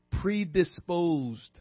Predisposed